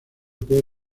que